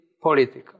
political